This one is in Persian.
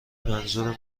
منظور